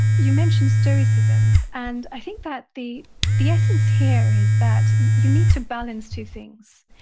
you mentioned stoicism, and i think that the the essence here is that you need to balance two things.